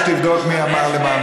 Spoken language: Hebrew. שתבדוק מי אמר מה,